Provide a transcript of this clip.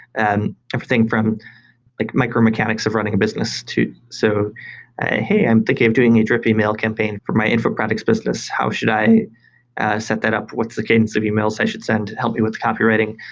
and everything from like micro mechanics of running a business, so ah hey, i'm thinking of doing a drip email campaign for my info-products business. how should i set that up? what're the kinds of emails i should send to help me with copywriting?